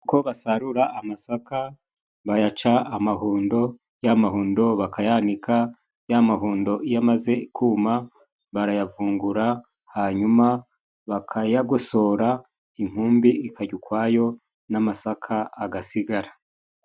Uko basarura amasaka bayaca amahundo, ya mahundo bakayanika, ya mahundo iyo amaze kuma, barayavungura hanyuma bakayagosora, inkumbi ikajya ukwayo n'amasaka agasigara.